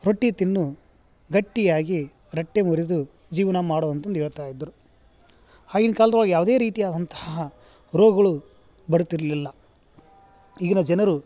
ರೊಟ್ಟಿ ತಿನ್ನು ಗಟ್ಟಿಯಾಗಿ ರಟ್ಟೆ ಮುರಿದು ಜೀವನ ಮಾಡು ಅಂತಂದು ಹೇಳ್ತಾ ಇದ್ದರು ಆಗಿನ ಕಾಲ್ದೊಳಗೆ ಯಾವುದೇ ರೀತಿಯಾದಂತಹ ರೋಗಗಳು ಬರುತ್ತಿರಲಿಲ್ಲ ಈಗಿನ ಜನರು